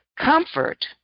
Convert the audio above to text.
Comfort